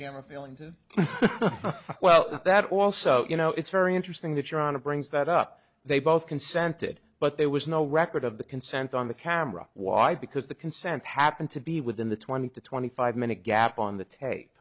camera feeling to well that also you know it's very interesting that you're on a brings that up they both consented but there was no record of the consent on the camera why because the consent happened to be within the twenty to twenty five minute gap on the tape